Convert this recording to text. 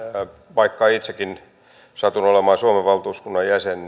vaikka itsekin satun olemaan suomen valtuuskunnan jäsen